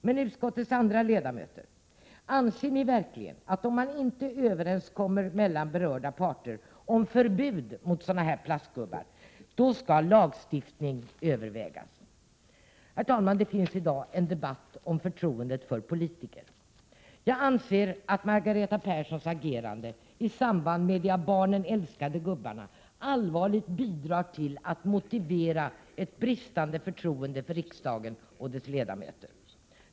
Men utskottets andra ledamöter: Anser ni verkligen att man skall överväga lagstiftning, om en överenskommelse mellan berörda parter om förbud mot sådana här plastgubbar inte kommer till stånd? Herr talman! Det pågår i dag en debatt om förtroendet för politiker. Jag anser att Margareta Perssons agerande i samband med de av barnen älskade gubbarna allvarligt bidrar till att motivera ett bristande förtroende för riksdagen och dess ledamöter.